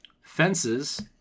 Fences